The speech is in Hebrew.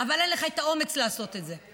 אבל אין לך האומץ לעשות את זה.